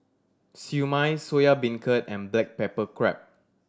Siew Mai Soya Beancurd and black pepper crab